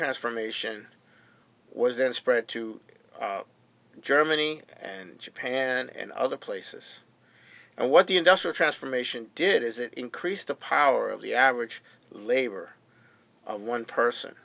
transformation was then spread to germany and japan and other places and what the industrial transformation did is it increased the power of the average labor one person